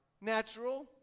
natural